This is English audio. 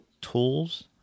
tools –